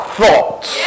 thoughts